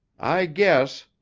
i guess,